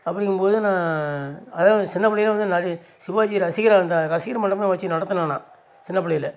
அப்படிங்கும் போது நான் அதாவது நான் சின்னப்பிள்ளையிலே வந்து நடி சிவாஜி ரசிகராக இருந்தேன் ரசிகர் மன்றமே வச்சு நடத்தினேன் நான் சின்னப்பிள்ளையில